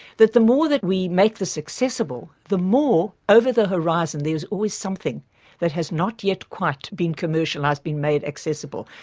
that the more that we make this accessible, the more, over the horizon, there's always something that has not yet quite been commercialised, been made accessible.